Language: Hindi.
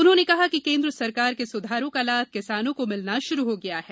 उन्होंने कहा कि केन्द्र सरकार के सुधारों का लाभ किसानों को मिलना शुरू हो गया है